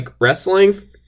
wrestling